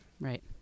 Right